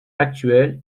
actuel